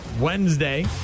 Wednesday